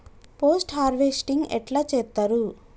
Post harvesting ఎట్ల చేత్తరు?